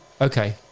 Okay